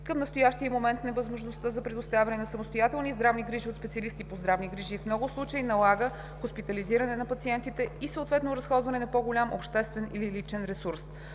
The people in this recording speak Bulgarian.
Към настоящия момент невъзможността за предоставяне на самостоятелни здравни грижи от специалисти по здравни грижи в много случаи налага хоспитализиране на пациентите и съответно изразходването на по-голям обществен или личен ресурс.